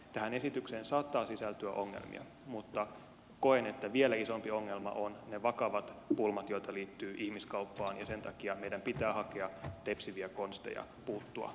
tähän esitykseen saattaa sisältyä ongelmia mutta koen että vielä isompi ongelma ovat ne vakavat pulmat joita liittyy ihmiskauppaan ja sen takia meidän pitää hakea tepsiviä konsteja puuttua näihin ongelmiin